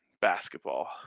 basketball